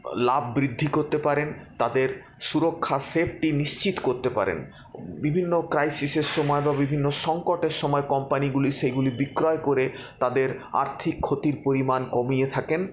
লাভ বৃদ্ধি করতে পারেন তাদের সুরক্ষা সেফটি নিশ্চিত করতে পারেন বিভিন্ন ক্রাইসিসের সময় বা বিভিন্ন সঙ্কটের সময় কোম্পানিগুলি সেগুলি বিক্রয় করে তাদের আর্থিক ক্ষতির পরিমাণ কমিয়ে থাকেন